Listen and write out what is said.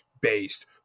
based